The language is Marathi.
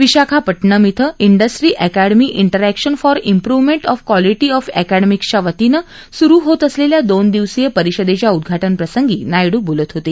Visakhapatnam the industry academia interaction for improvement of quality of अँकेडमिक्सच्या वतीनं सुरु होत असलेल्या दोन दिवसीय परिषदेच्या उद्वाटन प्रसंगी नायडू बोलत होते